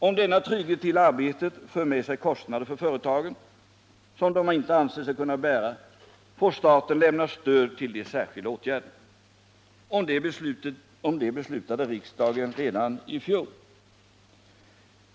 Om denna trygghet till arbete för med sig kostnader för företagen som de inte anser sig kunna bära får staten lämna stöd till de särskilda åtgärderna. Om det beslutade riksdagen redan i fjol.